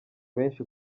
benshi